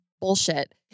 bullshit